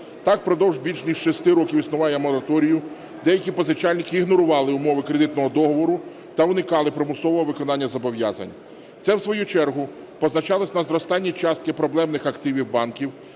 Так впродовж більш ніж 6 років існування мораторію деякі позичальники ігнорували умови кредитного договору та уникали примусового виконання зобов'язань. Це в свою чергу позначалось на зростанні частки проблемних активів банків